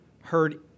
heard